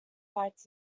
fights